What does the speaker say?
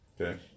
okay